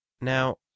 Now